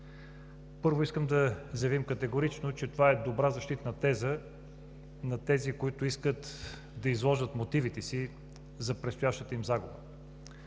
Първо, искам да заявя категорично, че това е добра защитна теза на тези, които искат да изложат мотивите си за предстоящата им загуба,